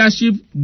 leadership